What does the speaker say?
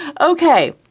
Okay